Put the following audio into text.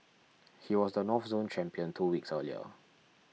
he was the North Zone champion two weeks earlier